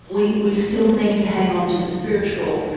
we we still need to hang on to the spiritual.